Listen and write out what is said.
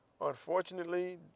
Unfortunately